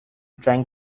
trying